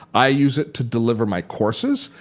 i use it to deliver my courses,